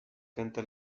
canta